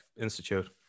institute